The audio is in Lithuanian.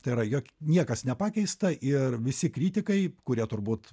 tai yra jo niekas nepakeista ir visi kritikai kurie turbūt